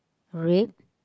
red